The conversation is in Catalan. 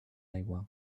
aigua